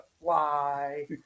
fly